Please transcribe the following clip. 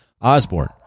Osborne